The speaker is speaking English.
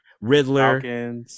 Riddler